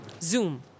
Zoom